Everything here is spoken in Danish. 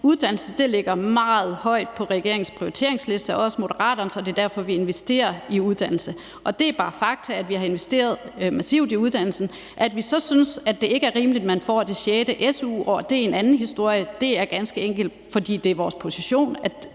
uddannelse ligger meget højt på regeringens prioriteringsliste, også Moderaternes. Det er derfor, vi investerer i uddannelse, og det er bare fakta, at vi har investeret massivt i uddannelsen. At vi så synes, at det ikke er rimeligt, at man får det sjette su-år, er en anden historie. Det er ganske enkelt, fordi det er vores position og